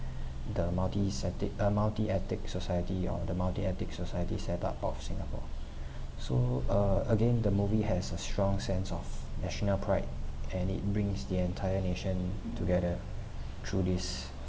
the multi septic uh multi ethnic society or the multi ethnic society setup of singapore so uh again the movie has a strong sense of national pride and it brings the entire nation together through this